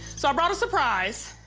so, i brought a surprise.